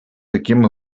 таким